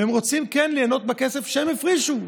והם רוצים כן ליהנות מהכסף שהם הפרישו.